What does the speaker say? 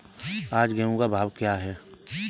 आज गेहूँ का भाव क्या है?